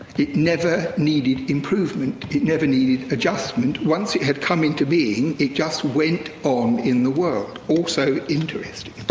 it never needed improvement, it never needed adjustment. once it had come into being, it just went on in the world. also interesting.